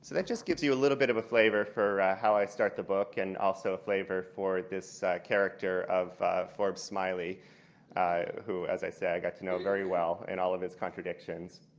that just gives you a little bit of a flavor for how i start the book and also a flavor for this character of forbes smiley who, as i said, i got to know very well and all of his contradictions.